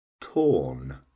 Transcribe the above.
torn